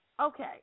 okay